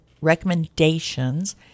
recommendations